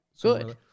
good